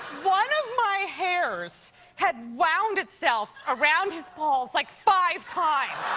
one of my hairs had wound itself around his balls, like, five times.